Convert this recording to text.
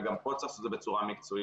וגם פה צריך לעשות את זה בצורה מקצועית,